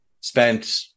spent